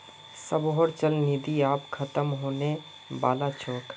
सबहारो चल निधि आब ख़तम होने बला छोक